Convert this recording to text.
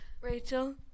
Rachel